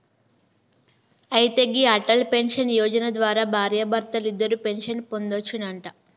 అయితే గీ అటల్ పెన్షన్ యోజన ద్వారా భార్యాభర్తలిద్దరూ పెన్షన్ పొందొచ్చునంట